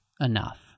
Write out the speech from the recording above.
enough